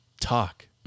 talk